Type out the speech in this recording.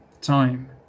time